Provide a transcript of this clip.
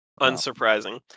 Unsurprising